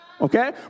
Okay